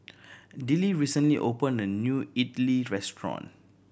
Dillie recently opened a new Idili restaurant